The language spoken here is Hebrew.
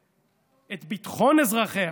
את ביטחון אזרחיה.